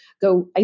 go